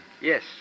Yes